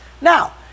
Now